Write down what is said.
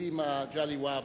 ידידי מגלי והבה,